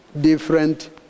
different